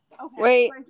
wait